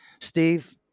Steve